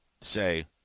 say